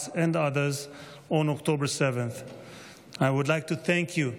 and others on October 7th. I would like to thank you,